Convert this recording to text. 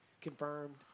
confirmed